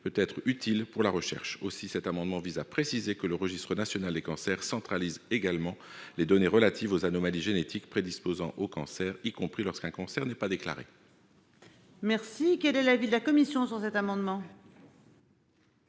peut être utile pour la recherche. Le présent amendement vise donc à préciser que le registre national des cancers centralise également les données relatives aux anomalies génétiques prédisposant aux cancers, y compris lorsqu'un cancer n'est pas déclaré. Quel est l'avis de la commission ? Le registre